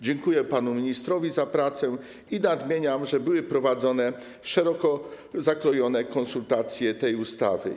Dziękuję panu ministrowi za pracę i nadmieniam, że były prowadzone szeroko zakrojone konsultacje dotyczące tej ustawy.